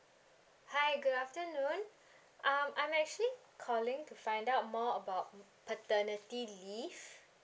hi good afternoon um I'm actually calling to find out more about paternity leave